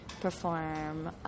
perform